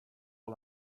all